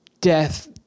death